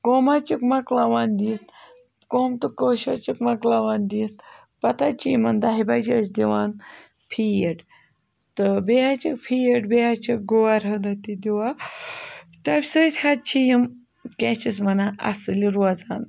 کٕم حظ چھِکھ مۄکلاوان دِتھ کوٚم تہٕ کٲش حظ چھِکھ مۄکلاوان دِتھ پَتہٕ حظ چھِ یِمَن دَہہِ بَجہِ أسۍ دِوان فیٖڈ تہٕ بیٚیہِ حظ چھِ فیٖڈ بیٚیہِ حظ چھِ غور ہنا تہِ دِوان تَمہِ سۭتۍ حظ چھِ یِم کیٛاہ چھِس وَنان اَصٕلہِ روزان